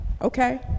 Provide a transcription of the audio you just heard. okay